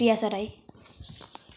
Piyasa Rai